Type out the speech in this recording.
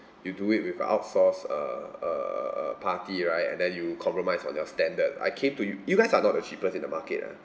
you do it with outsource uh uh uh uh party right and then you compromised on your standard I came to yo~ you guys are not the cheapest in the market ah